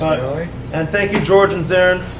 and thank you george and zerin,